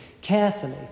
carefully